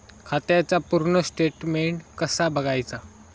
खात्याचा पूर्ण स्टेटमेट कसा बगायचा?